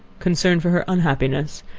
concern for her unhappiness,